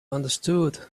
understood